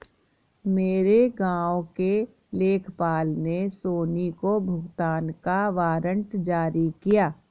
मेरे गांव के लेखपाल ने सोनी को भुगतान का वारंट जारी किया